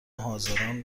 حاضران